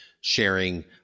sharing